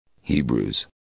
Hebrews